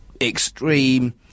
extreme